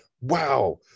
Wow